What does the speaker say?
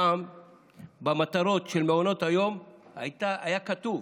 פעם במטרות של מעונות היום היה כתוב: